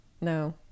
No